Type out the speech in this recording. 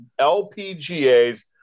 LPGA's